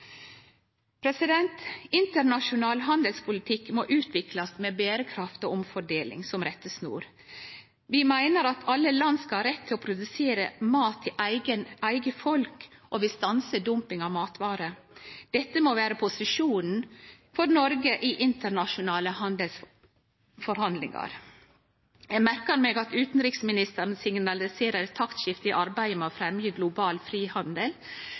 Internasjonal handelspolitikk må utviklast med berekraft og omfordeling som rettesnor. Vi meiner at alle land skal ha rett til å produsere mat til eige folk og vil stanse dumping av matvarer. Dette må vere posisjonen for Noreg i internasjonale handelsforhandlingar. Eg merkar meg at utanriksministeren signaliserer eit taktskifte i arbeidet med å fremme global frihandel.